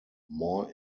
more